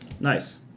Nice